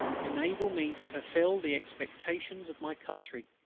enable me to fulfil the expectations of my country!